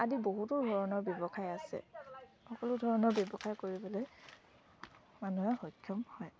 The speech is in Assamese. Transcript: আদি বহুতো ধৰণৰ ব্যৱসায় আছে সকলো ধৰণৰ ব্যৱসায় কৰিবলে মানুহে সক্ষম হয়